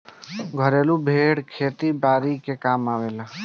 घरेलु भेड़ खेती बारी के कामे आवेले